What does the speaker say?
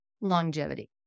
longevity